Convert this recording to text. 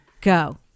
Go